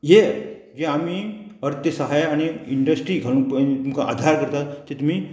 हे जे आमी अर्थ सहाय आनी इंडस्ट्री घालूंक तुमकां आधार करता तें तुमी